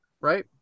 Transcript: right